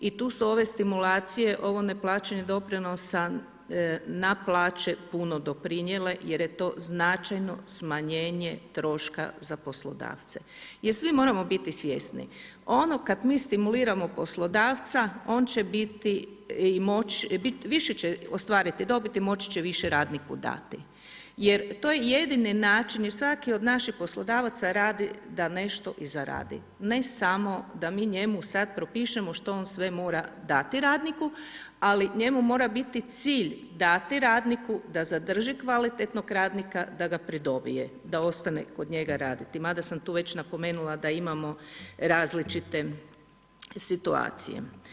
I tu su ove stimulacije, ovo neplaćanje doprinosa na plaće puno doprinijele jer je to značajno smanjenje troška za poslodavce jer svi moramo biti svjesni ono kad mi stimuliramo poslodavca, on će biti, više će ostvariti dobiti i moći će više radniku dati jer to je jedini način jer svaki od naših poslodavaca radi da nešto i zaradi, ne samo da mi njemu sad propišemo što on sve mora dati radniku, ali njemu mora biti cilj dati radniku da zadrži kvalitetnog radnika, da ga pridobije da ostane kod njega raditi, mada sam tu već napomenula da imamo različite situacije.